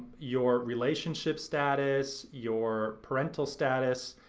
your relationship status, your parental status,